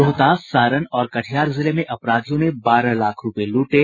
रोहतास सारण और कटिहार जिले में अपराधियों ने बारह लाख रूपये लूटे